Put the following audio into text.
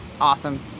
awesome